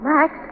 Max